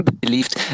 believed